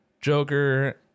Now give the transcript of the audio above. Joker